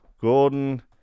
Gordon